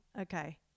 Okay